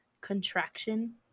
contraction